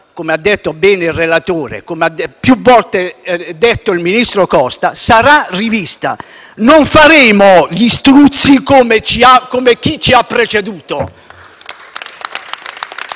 come ha detto bene il relatore e come più volte ha ribadito il ministro Costa - sarà rivista. Non faremo gli struzzi come chi ci ha preceduto.